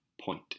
Point